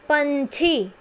ਪੰਛੀ